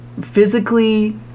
physically